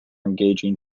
engaging